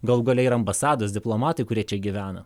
galų gale ir ambasados diplomatai kurie čia gyvena